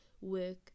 work